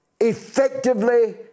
effectively